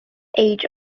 age